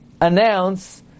announce